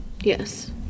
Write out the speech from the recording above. Yes